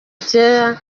kera